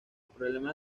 problema